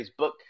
Facebook